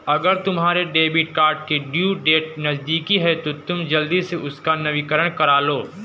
अगर तुम्हारे debit card की ड्यू डेट नज़दीक है तो तुम जल्दी से उसका नवीकरण करालो